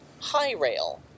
High-Rail